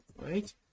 right